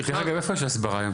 רגע, איפה יש הסברה היום?